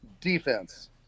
defense